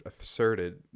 asserted